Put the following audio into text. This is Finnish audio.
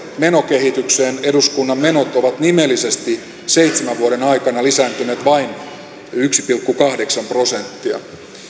menokehitykseen eduskunnan menot ovat nimellisesti seitsemän vuoden aikana lisääntyneet vain yksi pilkku kahdeksan prosenttia